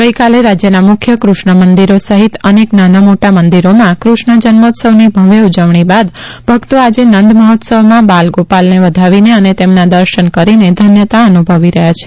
ગઈકાલે રાજ્યના મુખ્ય ક્રષ્ણ મંદિરો સહિત અનેક નાના મોટા મંદિરોમાં ક્રષ્ણ જન્મોત્સવની ભવ્ય ઉજવણી બાદ ભક્તો આજે નંદ મહોત્સવમાં બાલગોપાલને વધાવીને અને તેમના દર્શન કરીને ધન્યતા અનુભવી રહ્યા છે